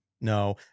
no